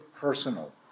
personal